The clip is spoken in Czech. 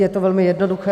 Je to velmi jednoduché.